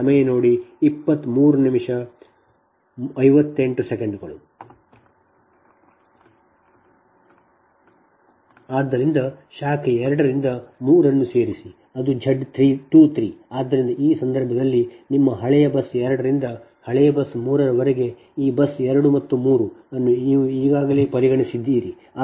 ಆದ್ದರಿಂದ ಶಾಖೆ 2 ರಿಂದ 3 ಅನ್ನು ಸೇರಿಸಿ ಅದು Z 23 ಆದ್ದರಿಂದ ಆ ಸಂದರ್ಭದಲ್ಲಿ ನಿಮ್ಮ ಹಳೆಯ ಬಸ್ 2 ರಿಂದ ಹಳೆಯ ಬಸ್ 3 ರವರೆಗೆ ಈ ಬಸ್ 2 ಮತ್ತು 3 ಅನ್ನು ನೀವು ಈಗಾಗಲೇ ಪರಿಗಣಿಸಿದ್ದೀರಿ